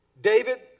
David